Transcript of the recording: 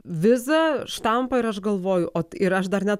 vizą štampą ir aš galvoju ot ir aš dar net